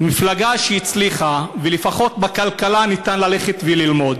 ממפלגה שהצליחה, לפחות בכלכלה ניתן ללכת וללמוד.